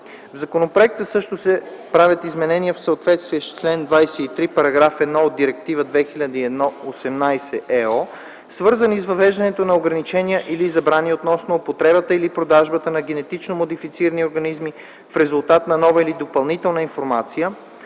В законопроекта също се правят изменения в съответствие с чл. 23, § 1 от Директива 2001/18/ЕО, свързани с въвеждането на ограничения или забрани относно употребата или продажбата на генетично модифицирани организми в резултат на нова или допълнителна информация,